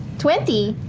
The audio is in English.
twenty.